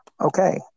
Okay